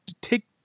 Take